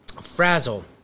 Frazzle